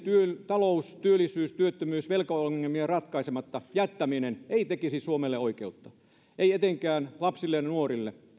talous työttömyys ja velkaongelmien ratkaisematta jättäminen ei tekisi oikeutta suomelle ei etenkään lapsille ja nuorille